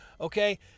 Okay